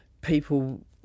people